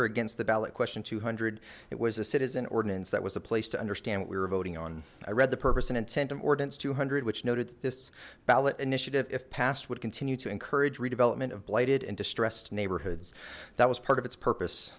her against the ballot question two hundred it was a citizen ordinance that was a place to understand what we were voting on i read the purpose and intent of ordinance two hundred which noted this ballot initiative if passed would continue to encourage redevelopment of blighted and distressed neighborhoods that was part of its purpose